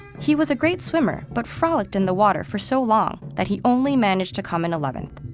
he was a great swimmer, but frolicked in the water for so long that he only managed to come in eleventh.